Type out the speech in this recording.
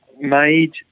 made